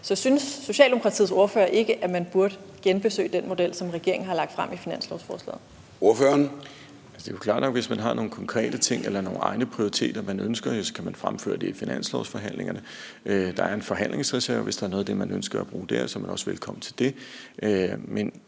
Så synes Socialdemokratiets ordfører ikke, at man burde genbesøge den model, som regeringen har lagt frem i finanslovsforslaget? Kl. 09:32 Formanden (Søren Gade): Ordføreren. Kl. 09:32 Benny Engelbrecht (S): Det er jo klart nok, at hvis man har nogle konkrete ting eller nogle egne prioriteter, man ønsker, så kan man fremføre det i finanslovsforhandlingerne. Der er en forhandlingsreserve, og hvis der er noget af det, man ønsker at bruge der, er man også velkommen til det. Men